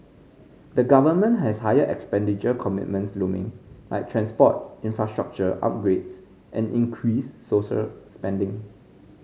the government has higher expenditure commitments looming like transport infrastructure upgrades and increased social spending